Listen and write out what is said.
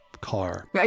car